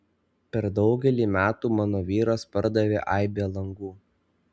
per daugelį metų mano vyras pardavė aibę langų